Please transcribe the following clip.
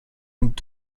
und